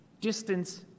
distance